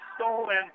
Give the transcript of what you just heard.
stolen